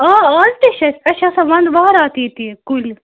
آ آز تہِ چھِ اَسہِ اَسہِ چھِ آسان وَنٛدٕ وہرات ییٚتہِ کُلۍ